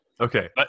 Okay